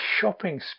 shopping